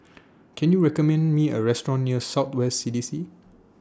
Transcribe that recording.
Can YOU recommend Me A Restaurant near South West C D C